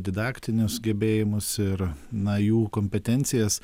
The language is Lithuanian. didaktinius gebėjimus ir na jų kompetencijas